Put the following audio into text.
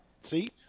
see